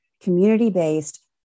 community-based